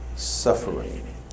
Suffering